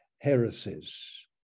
heresies